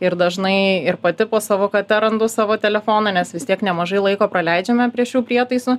ir dažnai ir pati po savo kate randu savo telefoną nes vis tiek nemažai laiko praleidžiame prie šių prietaisų